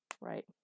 right